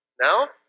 now